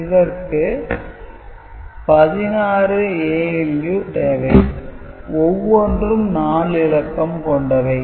இதற்கு 16 ALU தேவை ஒவ்வொன்றும் 4 இலக்கம் கொண்டவை